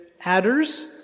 adders